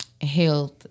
health